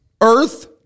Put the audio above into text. earth